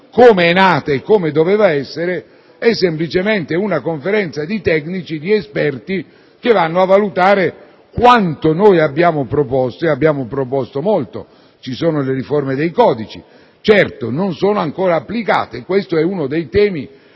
com'è nata e per come doveva essere, è semplicemente una conferenza di tecnici, di esperti che vanno a valutare quanto noi abbiamo proposto. E abbiamo proposto molto: ci sono le riforme dei codici; certo non sono ancora applicate, ma questo è uno dei temi